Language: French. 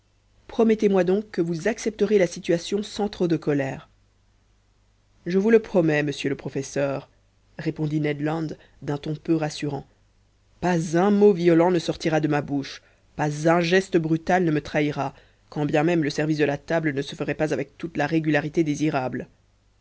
promettez-moi donc que vous accepterez la situation sans trop de colère je vous le promets monsieur le professeur répondit ned land d'un ton peu rassurant pas un mot violent ne sortira de ma bouche pas un geste brutal ne me trahira quand bien même le service de la table ne se ferait pas avec toute la régularité désirable